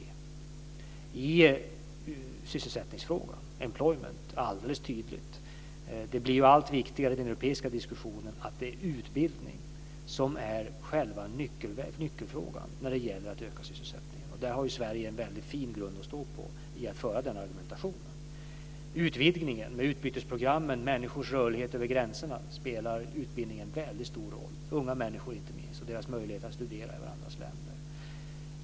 Utbildning finns alldeles tydligt med i sysselsättningsfrågan, Employment. Det blir allt viktigare i den europeiska diskussionen. Det är utbildning som är själva nyckelfrågan när det gäller att öka sysselsättningen. Sverige har en fin grund att stå på när det gäller att föra denna argumentation. Utbildning finns i utvidgningen, med utbytesprogrammen. I människors rörlighet över gränserna spelar utbildning en väldigt stor roll, inte minst för unga människor och deras möjligheter att studera i varandras länder.